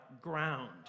ground